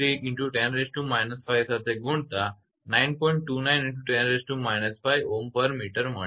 673×10−5 સાથે ગુણતા 9